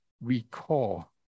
recall